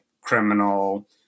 criminal